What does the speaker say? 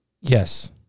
Yes